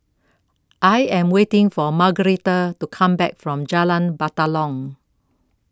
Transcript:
I Am waiting For Margueritta to Come Back from Jalan Batalong